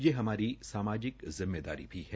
यह हमारी सामाजिक जिम्मेयदारी भी है